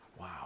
wow